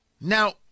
Now